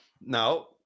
Now